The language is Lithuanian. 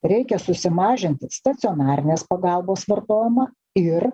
reikia susimažinti stacionarinės pagalbos vartojimą ir